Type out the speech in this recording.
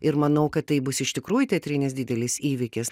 ir manau kad tai bus iš tikrųjų teatrinis didelis įvykis